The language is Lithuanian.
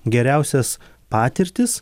geriausias patirtis